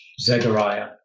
Zechariah